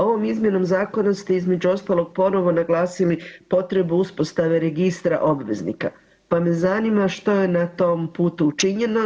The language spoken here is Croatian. Ovom izmjenom zakona ste između ostaloga ponovo naglasili potrebu uspostave registra obveznika, pa me zanima što je na tom putu učinjeno.